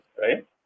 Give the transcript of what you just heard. right